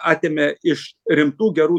atėmė iš rimtų gerų